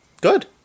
Good